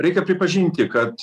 reikia pripažinti kad